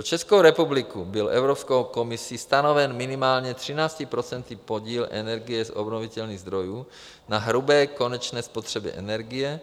Pro Českou republiku byl Evropskou komisí stanoven minimálně 13 % podíl energie z obnovitelných zdrojů na hrubé konečné spotřebě energie.